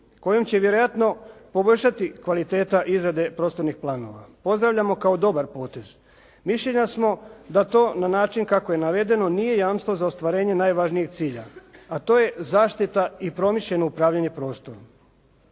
kojom će vjerojatno poboljšati kvaliteta izrade prostornih planova pozdravljamo kao dobar potez. Mišljenja smo da to na način kako je navedeno nije jamstvo za ostvarenje najvažnijeg cilja, a to je zaštita i promišljeno upravljanje prostorom.